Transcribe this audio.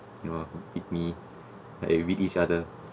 you know hit me like we hit each other